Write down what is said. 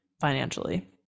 financially